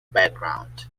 background